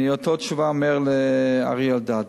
את אותה תשובה אני אומר לאריה אלדד.